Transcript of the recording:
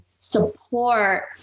support